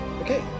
Okay